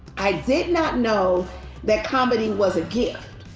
i did not know that comedy was a gift.